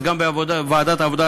גם ועדת העבודה,